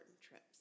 trips